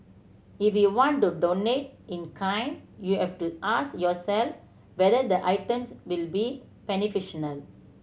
if you want to donate in kind you have to ask yourself whether the items will be beneficial no